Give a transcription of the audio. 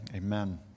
Amen